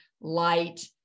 light